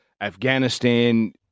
Afghanistan